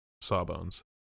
Sawbones